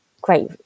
great